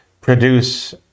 produce